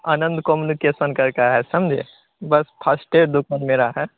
आनंद communication करके है समझे बस फस्ट ही दुकान मेरा है